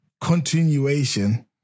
continuation